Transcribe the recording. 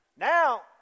Now